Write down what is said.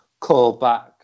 callback